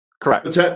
Correct